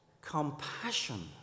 compassion